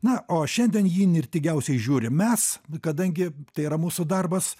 na o šiandien jį įnirtingiausiai žiūrim mes kadangi tai yra mūsų darbas